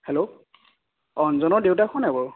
hello অঞ্জনৰ দেউতাক হয়নে নাই বাৰু